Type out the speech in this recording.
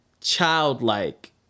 childlike